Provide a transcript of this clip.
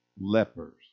lepers